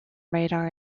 radar